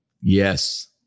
yes